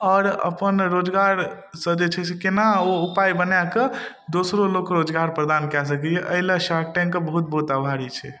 आओर अपन रोजगारसँ जे छै से केना ओ उपाय बना कऽ दोसरो लोक रोजगार प्रदान कए सकइए अइ लए शार्क टैंकके बहुत बहुत आभारी छै